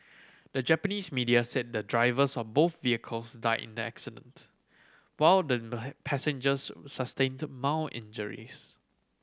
the Japanese media said the drivers of both vehicles died in the accident while the passengers sustained mild injuries